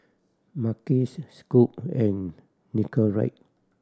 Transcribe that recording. Mackays Scoot and Nicorette